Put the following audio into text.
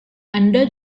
anda